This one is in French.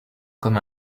comme